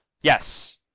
Yes